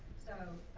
so,